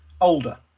older